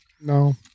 No